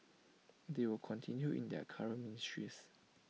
they will continue in their current ministries